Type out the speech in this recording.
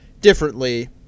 differently